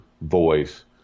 voice